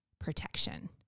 protection